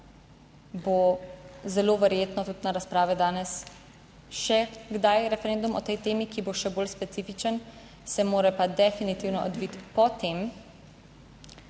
bo zelo verjetno tudi na razprave danes še kdaj referendum o tej temi, ki bo še bolj specifičen, se mora pa definitivno odviti po tem.